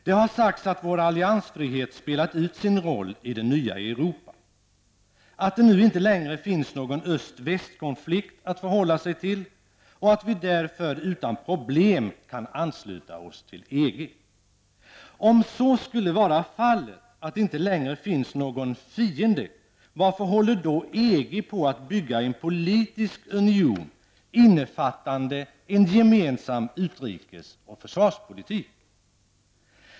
Det har sagts att vår alliansfrihet spelat ut sin roll i det nya Europa -- att det nu inte längre finns någon öst--väst-konflikt att förhålla sig till -- och att vi därför utan problem kan ansluta oss till EG. Om så skulle vara fallet, att det inte längre finns någon ''fiende'', varför håller då EG på att bygga en politisk union innefattande en gemensam utrikesoch försvarspolitik?